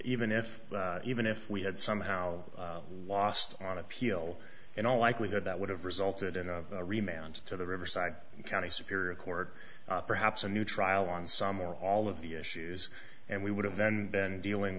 even if even if we had somehow lost on appeal in all likelihood that would have resulted in a rematch to the riverside county superior court perhaps a new trial on some or all of the issues and we would have then been dealing